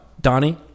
donnie